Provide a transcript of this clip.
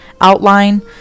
outline